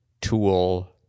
tool